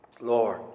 Lord